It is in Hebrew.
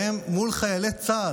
הן מול חיילי צה"ל.